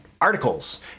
articles